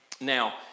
Now